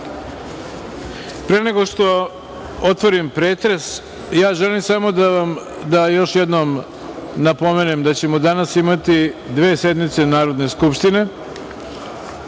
nego što otvorim pretres, želim samo da još jednom napomenem da ćemo danas imati dve sednice Narodne skupštine,